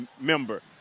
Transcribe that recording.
member